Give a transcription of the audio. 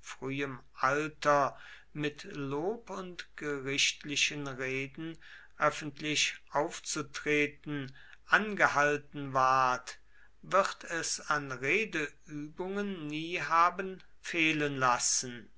frühem alter mit lob und gerichtlichen reden öffentlich aufzutreten angehalten ward wird es an redeübungen nie haben fehlen lassen